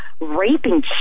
raping